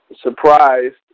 surprised